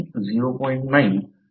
9 आणि 0